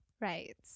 right